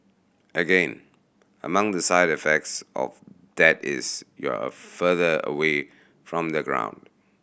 again among the side effects of that is you're further away from the ground